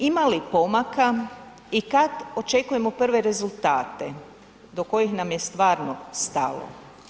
Ima li pomaka i kad očekujemo prve rezultate do kojih nam je stvarno stalo?